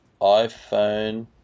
iPhone –